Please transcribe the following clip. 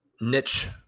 niche